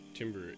Timber